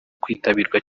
kwitabirwa